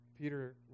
Peter